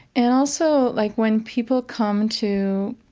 and also, like, when people come to,